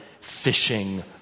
fishing